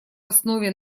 основе